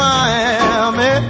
Miami